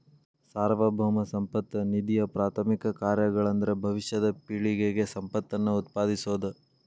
ಸಾರ್ವಭೌಮ ಸಂಪತ್ತ ನಿಧಿಯಪ್ರಾಥಮಿಕ ಕಾರ್ಯಗಳಂದ್ರ ಭವಿಷ್ಯದ ಪೇಳಿಗೆಗೆ ಸಂಪತ್ತನ್ನ ಉತ್ಪಾದಿಸೋದ